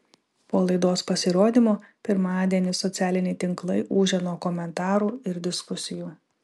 po laidos pasirodymo pirmadienį socialiniai tinklai ūžia nuo komentarų ir diskusijų